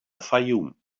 fayoum